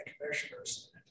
Commissioners